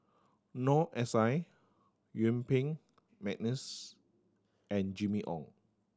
Noor S I Yuen Peng McNeice and Jimmy Ong